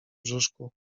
brzuszku